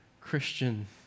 Christian